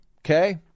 Okay